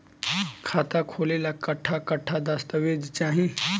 खाता खोले ला कट्ठा कट्ठा दस्तावेज चाहीं?